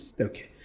Okay